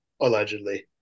allegedly